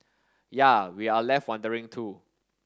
yea we're left wondering too